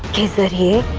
that he